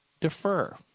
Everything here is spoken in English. defer